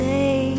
Say